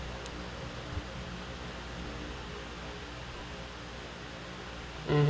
mmhmm